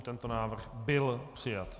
Tento návrh byl přijat.